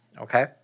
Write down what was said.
Okay